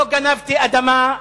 לא גנבתי אדמה,